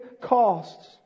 costs